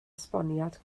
esboniad